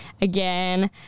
again